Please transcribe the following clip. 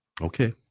Okay